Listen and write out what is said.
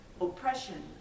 oppression